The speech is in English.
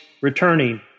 returning